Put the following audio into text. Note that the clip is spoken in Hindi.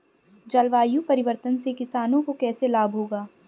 जलवायु परिवर्तन से किसानों को कैसे लाभ होगा?